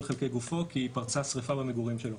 חלקי גופו כי פרצה שריפה במגורים שלו.